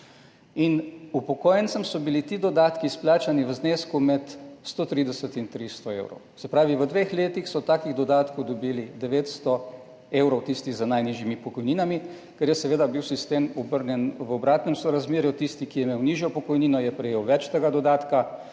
Upokojencem so bili ti dodatki izplačani v znesku med 130 in 300 evrov, se pravi, v dveh letih so takih dodatkov dobili 900 evrov tisti z najnižjimi pokojninami, ker je bil seveda sistem obrnjen v obratnem sorazmerju – tisti, ki je imel nižjo pokojnino, je prejel več tega dodatka,